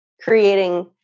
creating